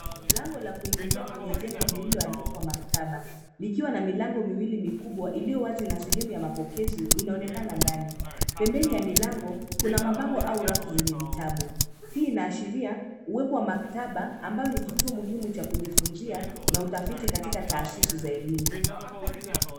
Lango la kuingilia kwenye jengo lililo andikwa maktaba. Likiwa na milango miwili mikubwa iliyo wazi na sehemu ya mapokezi inaonekana ndani. Pembeni ya milango, kuna mabango au rafu zenye vitabu. Hii inaashiria, uwepo wa maktaba ambayo ni kituo muhimu cha kujifunzia na utafiti katika taasisi za elimu.